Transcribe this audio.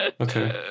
okay